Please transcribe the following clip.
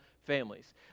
families